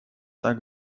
так